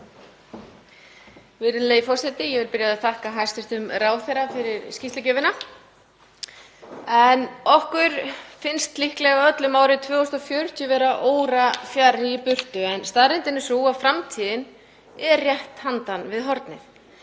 Virðulegi forseti. Ég vil byrja á að þakka hæstv. ráðherra fyrir skýrslugjöfina. Okkur finnst líklega öllum árið 2040 vera órafjarri í burtu en staðreyndin er sú að framtíðin er rétt handan við hornið.